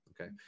Okay